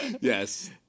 Yes